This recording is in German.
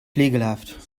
flegelhaft